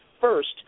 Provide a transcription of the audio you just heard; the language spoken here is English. first